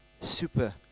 super